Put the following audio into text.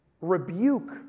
Rebuke